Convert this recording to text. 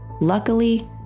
Luckily